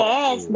Yes